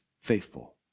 faithful